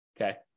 Okay